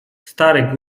stary